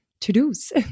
to-dos